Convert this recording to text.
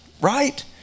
right